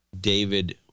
David